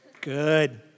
Good